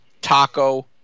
taco